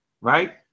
right